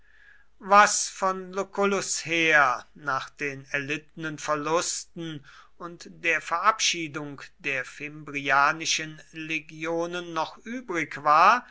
was von lucullus heer nach den erlittenen verlusten und der verabschiedung der fimbrianischen legionen noch übrig war